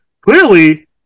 Clearly